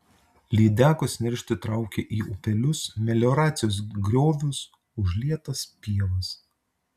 lydekos neršti traukia į upelius melioracijos griovius užlietas pievas